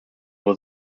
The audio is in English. was